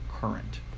current